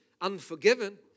unforgiven